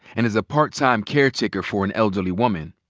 and is a part-time caretaker for an elderly woman.